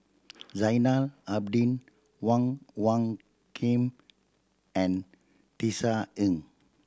Zainal Abidin Wong Hung Khim and Tisa Ng